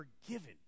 forgiven